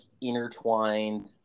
intertwined